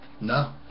No